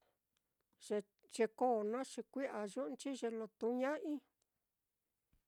Ye-ye koo naá, xi kui'a yuꞌúnchi ye tūūña'ai.